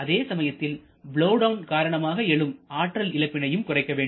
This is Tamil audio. அதே சமயத்தில் பலோவ் டவுன் காரணமாக எழும் ஆற்றல் இழப்பினையும் குறைக்க வேண்டும்